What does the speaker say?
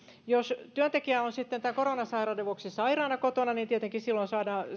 jos työntekijä on sitten tämän koronasairauden vuoksi sairaana kotona niin tietenkin silloin